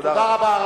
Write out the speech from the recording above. תודה רבה.